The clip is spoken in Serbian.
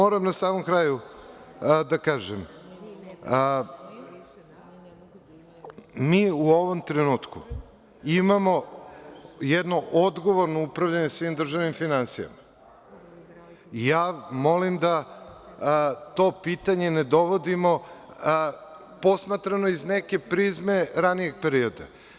Moram na samom kraju da kažem – mi u ovom trenutku imamo jedno odgovorno upravljanje svim državnim finansijama i ja molim da to pitanje ne dovodimo posmatrano iz neke prizme ranijeg perioda.